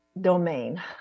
domain